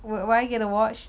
would I get to watch